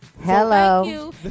Hello